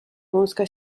wąska